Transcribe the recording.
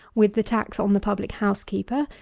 with the tax on the public-house keeper,